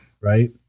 right